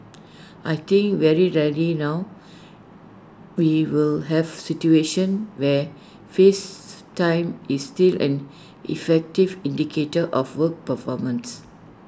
I think very rarely now we will have situations where face time is still an effective indicator of work performance